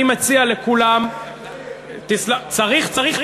אני מציע לכולם, צריך, צריך.